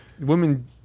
women